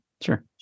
Sure